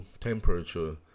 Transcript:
temperature